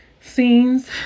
Scenes